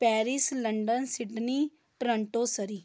Paris London Sydney Toronto Surrey